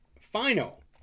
Final